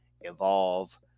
evolve